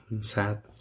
sad